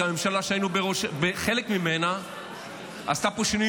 כי הממשלה שהיינו חלק ממנה עשתה פה שינויים